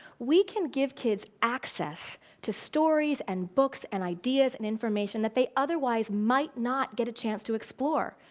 we can give kids access to stories, and books, and ideas, and information that they otherwise might not get a chance to explore,